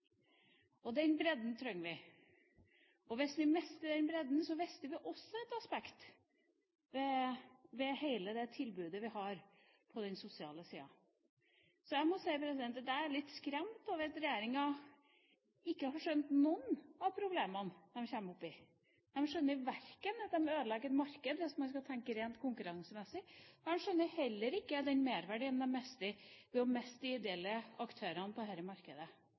det. Den bredden trenger vi. Hvis vi mister den bredden, mister vi også et aspekt ved hele det tilbudet vi har på den sosiale siden. Så jeg må si at jeg er litt skremt over at regjeringa ikke har skjønt noen av problemene den kommer opp i. Den skjønner ikke at man ødelegger markedet hvis man skal tenke rent konkurransemessig. Den skjønner heller ikke den merverdien man mister ved å miste de ideelle aktørene på dette markedet.